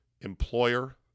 employer